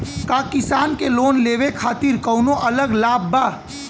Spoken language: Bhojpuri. का किसान के लोन लेवे खातिर कौनो अलग लाभ बा?